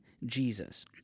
Jesus